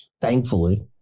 Thankfully